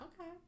okay